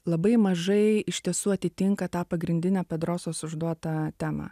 labai mažai iš tiesų atitinka tą pagrindinę pedrosos užduotą temą